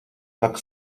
tak